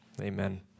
Amen